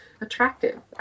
attractive